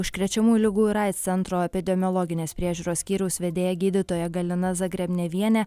užkrečiamųjų ligų ir aids centro epidemiologinės priežiūros skyriaus vedėja gydytoja galina zagrebnevienė